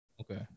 Okay